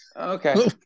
okay